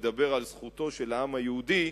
מדבר על זכותו של העם היהודי,